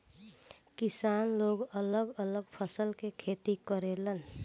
किसान लोग अलग अलग फसल के खेती करेलन